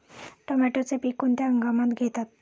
टोमॅटोचे पीक कोणत्या हंगामात घेतात?